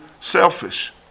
selfish